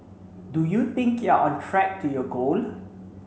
do you think you're on track to your goal